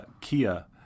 Kia